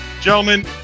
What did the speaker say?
Gentlemen